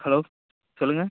hello சொல்லுங்க